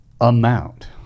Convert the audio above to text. amount